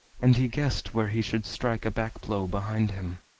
and he guessed where he should strike a back blow behind him.